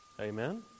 Amen